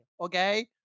Okay